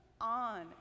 on